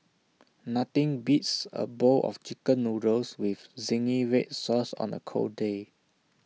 nothing beats A bowl of Chicken Noodles with Zingy Red Sauce on A cold day